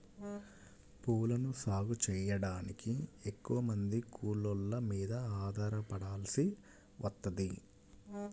పూలను సాగు చెయ్యడానికి ఎక్కువమంది కూలోళ్ళ మీద ఆధారపడాల్సి వత్తది